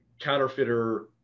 counterfeiter